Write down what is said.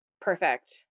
perfect